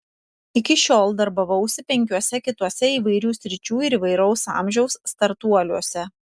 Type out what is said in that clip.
iki šiol darbavausi penkiuose kituose įvairių sričių ir įvairaus amžiaus startuoliuose